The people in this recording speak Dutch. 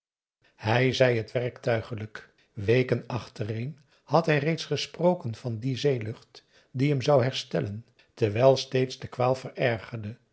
zij zei het werktuigelijk weken achtereen had hij reeds gesproken van die zeelucht die hem zou herstellen terwijl steeds de kwaal verergerde